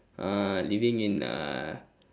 uh living in uh